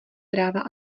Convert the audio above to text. práva